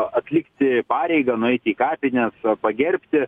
atlikti pareigą nueiti į kapines pagerbti